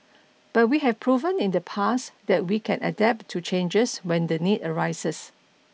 but we have proven in the past that we can adapt to changes when the need arises